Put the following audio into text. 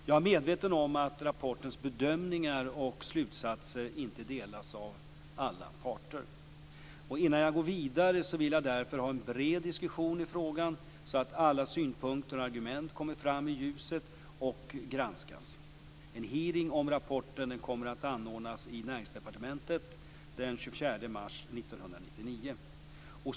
Jag är medveten om att rapportens bedömningar och slutsatser inte delas av alla parter. Innan jag går vidare vill jag därför ha en bred diskussion i frågan så att alla synpunkter och argument kommer fram i ljuset och granskas. En hearing om rapporten kommer att anordnas i Näringsdepartementet den 24 mars 1999.